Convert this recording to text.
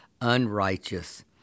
unrighteous